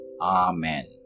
Amen